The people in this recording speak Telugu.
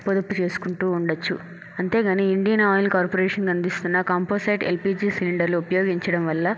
పొదుపు చేసుకుంటూ ఉండచ్చు అంతే కానీ ఇండియన్ ఆయిల్ కార్పొరేషన్ అందిస్తున్న కంపోసిట్ ఎల్పిజి సీలిండర్లు ఉపయోగించడం వల్ల